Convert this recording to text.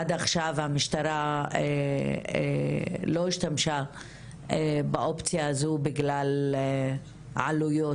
עד עכשיו המשטרה לא השתמשה באופציה הזו בגלל עלויות.